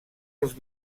els